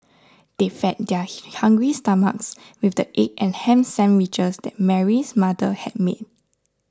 they fed their hungry stomachs with the egg and ham sandwiches that Mary's mother had made